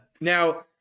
Now